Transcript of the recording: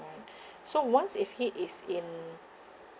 alright so once if he is in